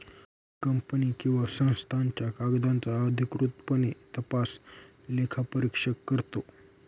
company किंवा संस्थांच्या कागदांचा अधिकृतपणे तपास लेखापरीक्षक करतो